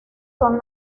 son